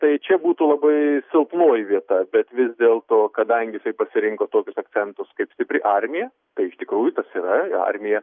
tai čia būtų labai silpnoji vieta bet vis dėlto kadangi jisai pasirinko tokius akcentus kaip stipri armija tai iš tikrųjų tas yra armija